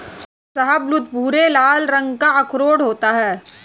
शाहबलूत भूरे लाल रंग का अखरोट होता है